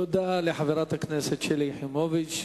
תודה לחברת הכנסת שלי יחימוביץ.